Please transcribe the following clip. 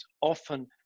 Often